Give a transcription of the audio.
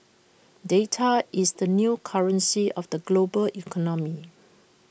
data is the new currency of the global economy